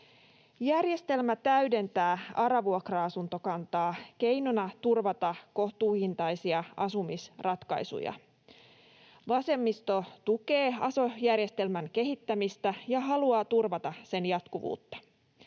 Järjestelmä täydentää ARA-vuokra-asuntokantaa keinona turvata kohtuuhintaisia asumisratkaisuja. Vasemmisto tukee aso-järjestelmän kehittämistä ja haluaa turvata sen jatkuvuutta.